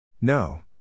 No